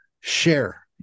share